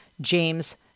James